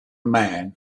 man